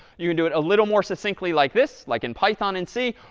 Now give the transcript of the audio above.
you can do it a little more succinctly like this, like in python in c,